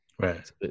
Right